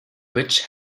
bridge